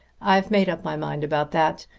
i've made up my mind about that.